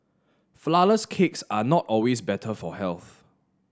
flourless cakes are not always better for health